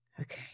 Okay